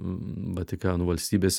vatikano valstybės